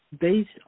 based